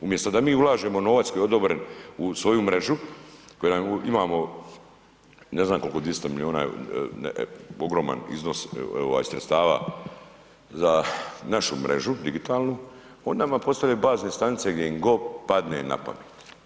Umjesto da mi ulažemo novac koji je odobren u svoju mrežu, koja imamo, ne znam koliko, 200 milijuna, ogroman iznos ovaj sredstava za našu mrežu digitalnu, oni nama postavljaju bazne stanice gdje im god padne na pamet.